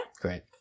Great